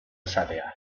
esatea